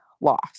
loss